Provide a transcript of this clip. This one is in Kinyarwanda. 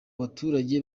abaturage